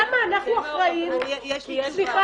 למה אנחנו אחראים --- כי יש למדינה